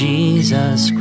Jesus